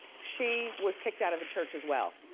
she was kicked out of the church as well.